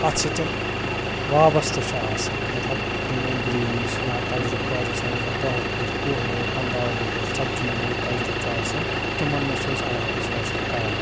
اَتھ سۭتۍ وابستہٕ چھِ آسان مطلب پرٛٲنۍ گرٛیٖس یا تَجرُبہٕ کار چھِ آسان ییٚمہِ ساتہٕ دَہ وُہُر وُہ وُہُر پَنٛداہ وُہُر ژَتجی وُہُر تَجرُبہٕ چھُ آسان تِمَن نِش چھِ أسۍ ایٚڈوایِس حٲصِل کران